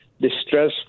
distress